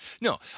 No